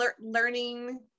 learning